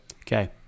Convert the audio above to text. Okay